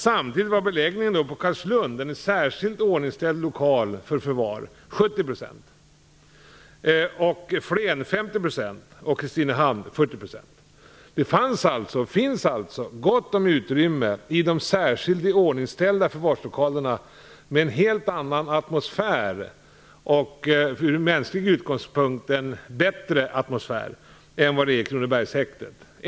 Samtidigt var beläggningen på Carlslund, en särskilt iordningställd lokal för förvar, 70 %. I Flen var den 50 % och i Kristinehamn 40 %. Det finns alltså gott om utrymme i de särskilt iordningställda förvarslokalerna. De har en helt annan atmosfär och ur mänsklig utgångspunkt en bättre atmosfär än det är i Kronobergshäktet.